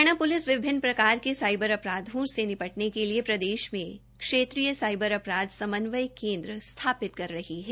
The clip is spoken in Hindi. हरियाणा प्लिस विभिन्न प्रकार के साइबर अपराध से निपटने के लिए प्रदेश में क्षेत्रीय साइबर अपराध समन्वय केंद्र स्थापित कर रही है